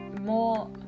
more